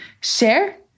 share